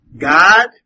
God